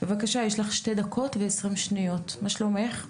מה שלומך?